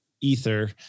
Ether